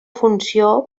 funció